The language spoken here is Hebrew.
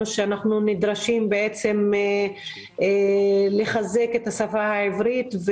שאנחנו נדרשים לחזק את השפה העברית.